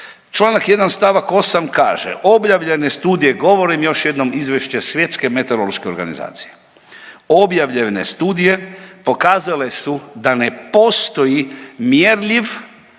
Čl. 1. st. 8. kaže, objavljene studije, govorim još jednom izvješće Svjetske meteorološke organizacije, objavljene studije pokazale su da ne postoji mjerljiv